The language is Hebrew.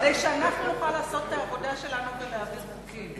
כדי שאנחנו נוכל לעשות את העבודה שלנו ולהעביר חוקים.